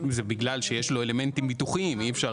זה בגלל שיש לו אלמנטים ביטוחיים ואי-אפשר